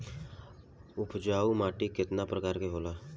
उपजाऊ माटी केतना प्रकार के होला?